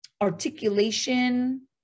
articulation